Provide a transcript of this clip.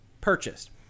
purchased